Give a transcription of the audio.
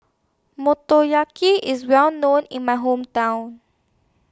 Motoyaki IS Well known in My Hometown